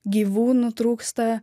gyvūnų trūksta